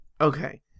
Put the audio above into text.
Okay